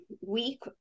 week